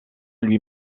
louis